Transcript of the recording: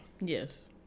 Yes